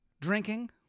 drinking